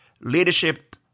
leadership